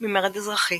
ממרד אזרחי